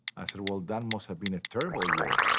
i said well that must have been a terrible year.